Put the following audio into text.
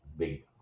big